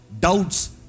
doubts